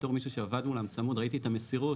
בתור מישהו שעבד מולם צמוד, ראיתי את המסירות,